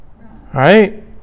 Right